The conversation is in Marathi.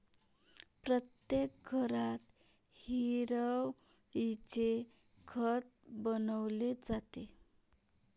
प्रत्येक घरात हिरवळीचे खत बनवले जाते